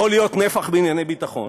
יכול להיות נפח בענייני ביטחון,